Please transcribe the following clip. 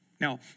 Now